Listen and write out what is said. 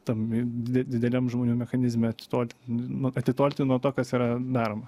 tam dide dideliam žmonių mechanizme atsitolint nu atitolti nuo to kas yra daroma